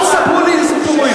אל תספרו לי סיפורים.